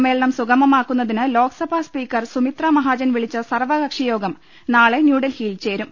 സമ്മേളനം സുഗമമാക്കുന്നതിന് ലോക്സഭാസ്പീക്കർ സുമിത്ര മഹാജൻ വിളിച്ച സർവകക്ഷിയോഗം നാളെ ന്യൂഡൽഹിയിൽ ചേരും